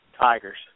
Tiger's